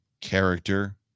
character